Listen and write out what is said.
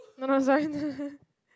no no sorry